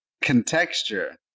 Contexture